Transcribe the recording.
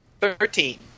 thirteen